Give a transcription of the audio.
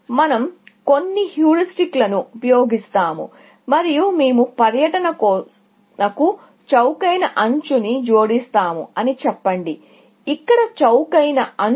మనం కొన్ని హ్యూరిస్టిక్ లను ఉపయోగిస్తాము మేము పర్యటనకు చౌకైన ఎడ్జ్ ని జోడిస్తాము అని అనుకొండి